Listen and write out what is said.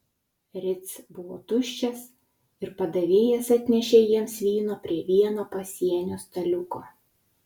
ritz buvo tuščias ir padavėjas atnešė jiems vyno prie vieno pasienio staliuko